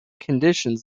conditions